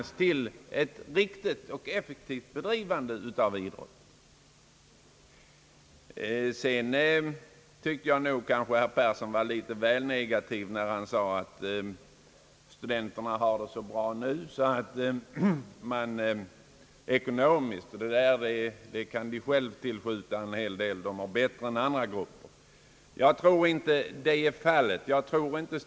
Sedan tyckte jag nog att herr Persson var litet väl negativ, när han sade att studenterna har det så bra ekonomiskt — bättre än andra grupper — och de kan själva tillskjuta en hel del. Jag tror inte att detta är fallet.